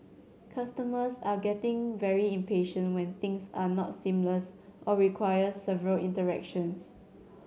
customers are getting very impatient when things are not seamless or require several interactions